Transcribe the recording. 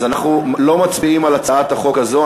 אז אנחנו לא מצביעים על הצעת החוק הזו,